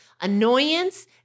annoyance